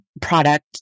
product